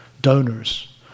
donors